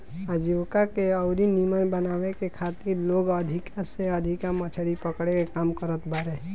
आजीविका के अउरी नीमन बनावे के खातिर लोग अधिका से अधिका मछरी पकड़े के काम करत बारे